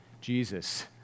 Jesus